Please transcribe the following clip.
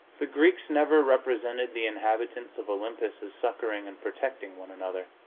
the greeks never represented the inhabitants of olympus as succoring and protecting one another,